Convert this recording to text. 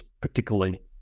particularly